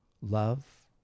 love